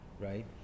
right